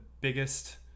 biggest